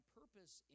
purpose